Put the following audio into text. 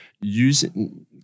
using